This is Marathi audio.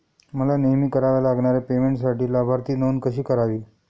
मला नेहमी कराव्या लागणाऱ्या पेमेंटसाठी लाभार्थी नोंद कशी करावी?